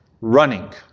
running